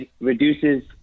reduces